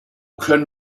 können